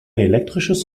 elektrisches